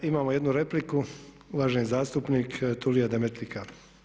Imamo jednu repliku, uvaženi zastupnik Tulio Demetlika.